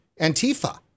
Antifa